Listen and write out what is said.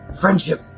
Friendship